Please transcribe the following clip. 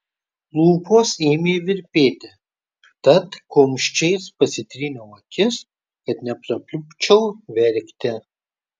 lūpos ėmė virpėti tad kumščiais pasitryniau akis kad neprapliupčiau verkti